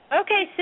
Okay